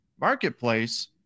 marketplace